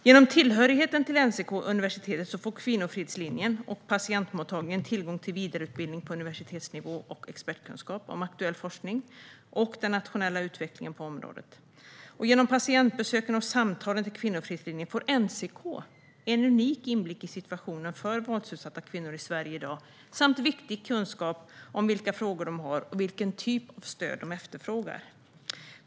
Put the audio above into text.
Genom tillhörigheten till NCK och universitetet får Kvinnofridslinjen och patientmottagningen tillgång till vidareutbildning på universitetsnivå och expertkunskap om aktuell forskning och om den nationella utvecklingen på området. Och genom patientbesöken och samtalen till Kvinnofridslinjen får NCK en unik inblick i situationen för våldsutsatta kvinnor i Sverige i dag samt viktig kunskap om vilka frågor de har och vilken typ av stöd de efterfrågar.